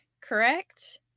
correct